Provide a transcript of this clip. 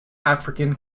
african